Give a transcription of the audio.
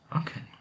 Okay